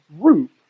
group